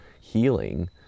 healing